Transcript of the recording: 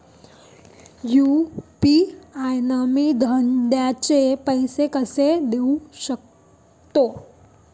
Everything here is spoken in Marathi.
यू.पी.आय न मी धंद्याचे पैसे कसे देऊ सकतो?